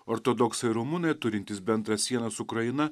ortodoksai rumunai turintys bendrą sieną su ukraina